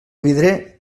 vidrier